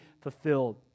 fulfilled